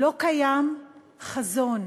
לא קיים חזון,